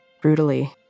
brutally